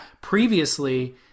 Previously